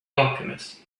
alchemist